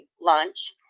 lunch